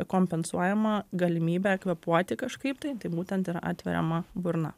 kompensuojama galimybė kvėpuoti kažkaip tai tai būtent yra atveriama burna